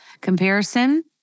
Comparison